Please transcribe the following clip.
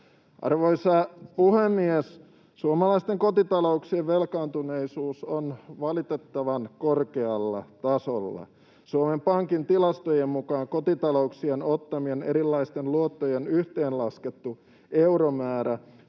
Arvoisa puhemies! Suomalaisten kotitalouksien velkaantuneisuus on valitettavan korkealla tasolla. Suomen Pankin tilastojen mukaan kotitalouksien ottamien erilaisten luottojen yhteenlaskettu euromäärä